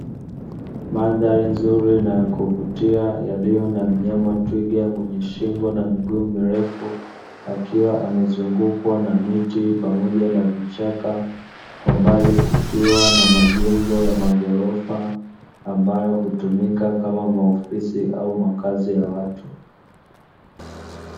Mandhari nzuri na ya kuvutia yaliyo na mnyama twiga mwenye shingo na miguu mirefu, akiwa amezungukwa na miti pamoja na vichaka kwa mbali kukiwa na majengo ya maghorofa, ambayo hutumika kama maofisi au makazi ya watu.